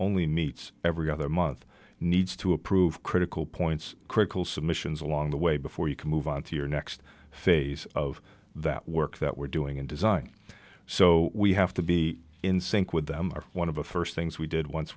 only meets every other month needs to approve critical points critical submissions along the way before you can move on to your next phase of that work that we're doing in design so we have to be in sync with them or one of the first things we did once